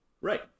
right